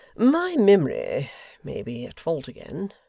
my memory may be at fault again,